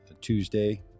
Tuesday